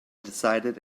decided